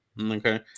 Okay